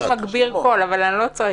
יש לי מגביר קול, אבל אני לא צועקת.